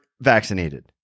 vaccinated